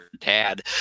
dad